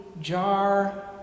jar